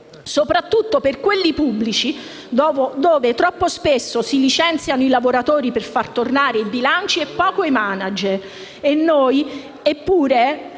soprattutto per quelli pubblici, dove troppo spesso si licenziano i lavoratori per far quadrare i bilanci e poco i *manager.*